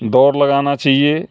دوڑ لگانا چاہیے